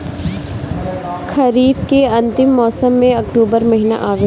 खरीफ़ के अंतिम मौसम में अक्टूबर महीना आवेला?